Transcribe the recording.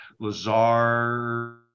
Lazar